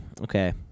Okay